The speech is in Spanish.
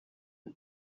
que